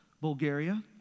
Bulgaria